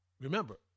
Remember